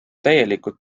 täielikult